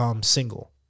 Single